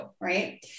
right